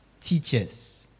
teachers